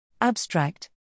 Abstract